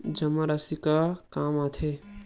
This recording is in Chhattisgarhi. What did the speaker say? जमा राशि का काम आथे?